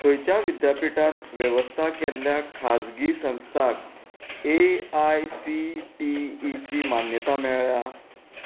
खंयच्या विद्यापीठान वेवस्था केल्ल्या खाजगी संस्थांक A I C T E ची मान्यता मेळ्ळ्या